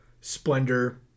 Splendor